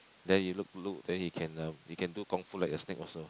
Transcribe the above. then you look look then you can uh you can do kung-fu like a snake also